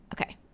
okay